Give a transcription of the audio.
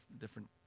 different